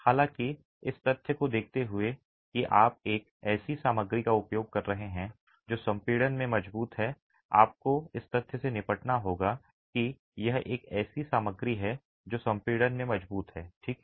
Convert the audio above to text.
हालांकि इस तथ्य को देखते हुए कि आप एक ऐसी सामग्री का उपयोग कर रहे हैं जो संपीड़न में मजबूत है आपको इस तथ्य से निपटना होगा कि यह एक ऐसी सामग्री है जो संपीड़न में मजबूत है ठीक है